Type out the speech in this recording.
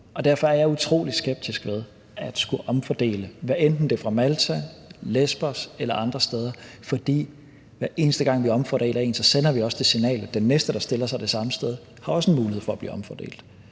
Derfor er jeg utrolig skeptisk over for at skulle omfordele, hvad enten det er fra Malta, Lesbos eller andre steder fra, for hver eneste gang vi omfordeler én, sender vi også det signal, at den næste, der stiller sig det samme sted, også har en mulighed for at blive omfordelt.